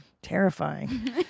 terrifying